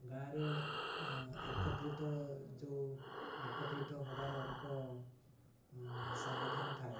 ଗାଁରେ ଏକତ୍ରିତ ଯେଉଁ ଏକତ୍ରିତ ହବାର ଏକ ସଙ୍ଗଠନ ଥାଏ